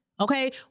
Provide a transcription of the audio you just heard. Okay